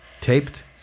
Taped